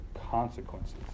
consequences